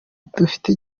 dufite